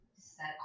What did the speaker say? set